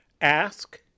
Ask